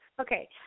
Okay